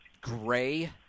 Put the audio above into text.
gray